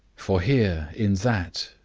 for here, in that,